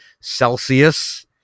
Celsius